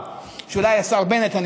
שאולי השר בנט,